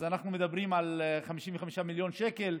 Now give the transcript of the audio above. אז אנחנו מדברים על 55 מיליון שקל,